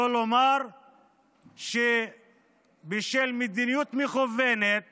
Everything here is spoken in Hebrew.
שלא לומר שבשל מדיניות מכוונת